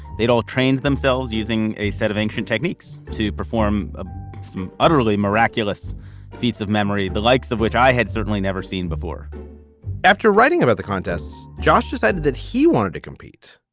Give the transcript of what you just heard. they'd all trained themselves using a set of ancient techniques to perform ah some utterly miraculous feats of memory, the likes of which i had certainly never seen before after writing about the contests, josh decided that he wanted to compete,